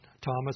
Thomas